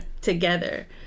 together